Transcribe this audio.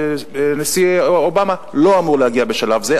הנשיא אובמה לא אמור להגיע בשלב זה.